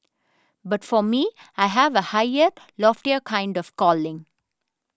but for me I have a higher loftier kind of calling